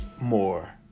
more